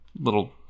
little